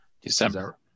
December